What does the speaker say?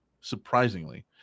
surprisingly